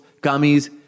gummies